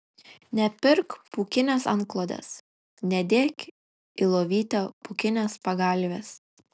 nepirk pūkinės antklodės nedėk į lovytę pūkinės pagalvės